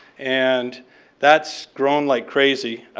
and that's grown like crazy.